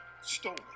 Stolen